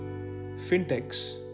fintechs